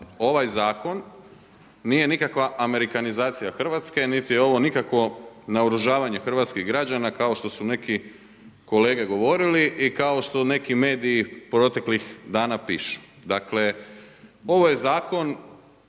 ovaj zakon nije nikakva amerikanizacija Hrvatske, niti je ovo nikakvo naoružavanje hrvatskih građana kao što su neki kolege govorili i kao što neki mediji proteklih dana pišu. Dakle, ovo je zakon